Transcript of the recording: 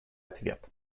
ответ